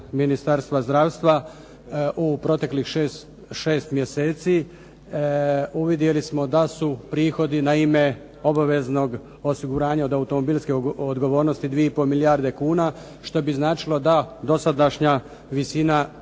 Ministarstva zdravstva u proteklih 6 mjeseci uvidjeli smo da su prihodi na ime obaveznog osiguranja od automobilske odgovornosti 2,5 milijarde kuna, što bi značilo da dosadašnja visina